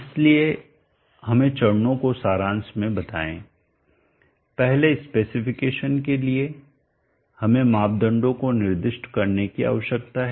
इसलिए हमें चरणों को सारांश में बताएं पहले स्पेसिफिकेशन के लिए हमें मापदंडों को निर्दिष्ट करने की आवश्यकता है